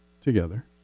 together